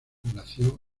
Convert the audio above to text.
nació